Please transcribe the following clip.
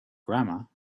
grandma